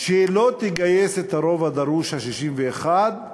שלא תגייס את הרוב הדרוש, 61,